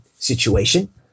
Situation